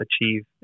achieve